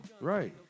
Right